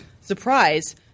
Surprise